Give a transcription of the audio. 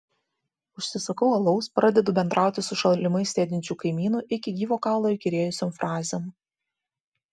užsisakau alaus pradedu bendrauti su šalimais sėdinčiu kaimynu iki gyvo kaulo įkyrėjusiom frazėm